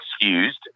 excused